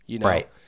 Right